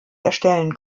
erstellen